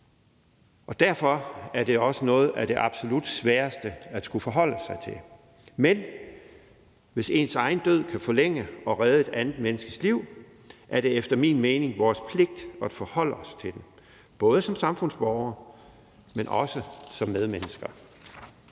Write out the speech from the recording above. Derfor er det også noget af det absolut sværeste at skulle forholde sig til. Men hvis ens egen død kan forlænge og redde et andet menneskes liv, er det efter min mening vores pligt at forholde os til det, både som samfundsborgere, men også som medmennesker.